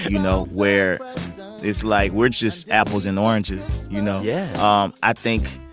you know, where it's like, we're just apples and oranges. you know? yeah um i think,